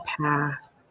path